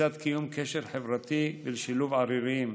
לצד קיום קשר חברתי ולשילוב עריריים,